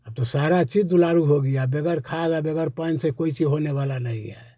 अब तो सारा चीज़ दुलारू हो गया बग़ैर खाद और बग़ैर पानी से कोई चीज़ होने वाली नहीं है